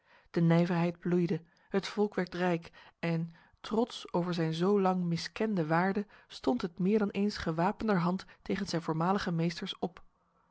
de nijverheid bloeide het volk werd rijk en trots over zijn zo lang miskende waarde stond het meer dan eens gewapenderhand tegen zijn voormalige meesters op